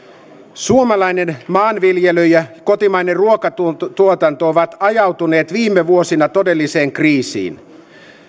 suomalainen maanviljely ja kotimainen ruokatuotanto ovat ajautuneet viime vuosina todelliseen kriisiin